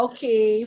Okay